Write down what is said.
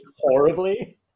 horribly